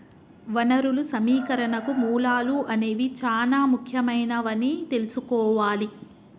వనరులు సమీకరణకు మూలాలు అనేవి చానా ముఖ్యమైనవని తెల్సుకోవాలి